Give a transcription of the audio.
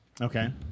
Okay